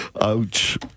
Ouch